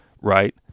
Right